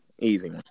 Easy